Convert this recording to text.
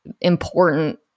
important